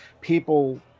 people